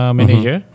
manager